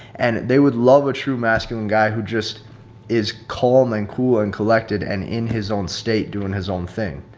and they would love a true masculine guy who just is calm and cool and collected and in his own state doing his own thing.